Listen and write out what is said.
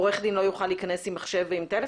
עורך דין לא יוכל להיכנס עם מחשב ועם טלפון?